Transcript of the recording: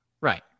Right